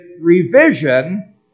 revision